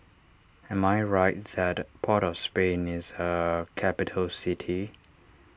am I right that Port of Spain is a capital city